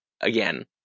Again